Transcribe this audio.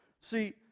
See